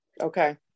Okay